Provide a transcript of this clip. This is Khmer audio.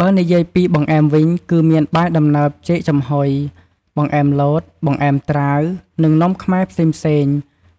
បើនិយាយពីបង្អែមវិញ គឺមានបាយដំណើបចេកចំហុយ បង្អែមលត បង្អែមត្រាវ និងនំខ្មែរផ្សេងៗ